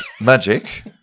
magic